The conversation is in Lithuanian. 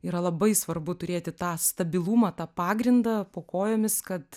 yra labai svarbu turėti tą stabilumą tą pagrindą po kojomis kad